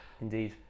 Indeed